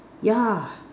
yeah